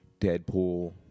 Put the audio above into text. Deadpool